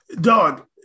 dog